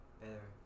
better